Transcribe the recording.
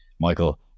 Michael